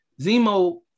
Zemo